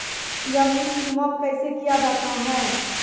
जमीन की माप कैसे किया जाता हैं?